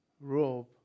robe